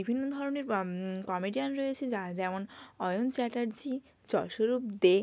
বিভিন্ন ধরনের কমেডিয়ান রয়েছে যেমন অয়ন চ্যাটার্জী শরূপ দে